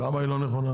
- למה לא נכונה?